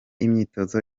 imyitozo